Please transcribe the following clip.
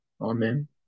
Amen